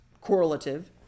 correlative